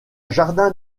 jardin